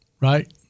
Right